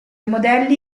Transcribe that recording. modelli